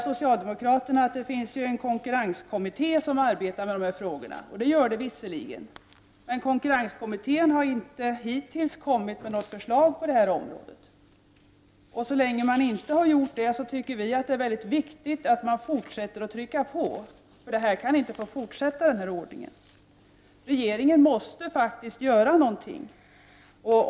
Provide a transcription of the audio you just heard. Socialdemokraterna svarar nu att det finns en konkurrenskommitté som arbetar med de här frågorna. Det gör det visserligen. Men konkurrenskommittén har hittills inte kommit med något förslag på detta område. Så länge . den inte har gjort det tycker vi att det är mycket viktigt att man fortsätter att trycka på, för den här ordningen kan inte få fortsätta. Regeringen måste faktiskt göra någonting.